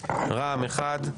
רע"מ אחד,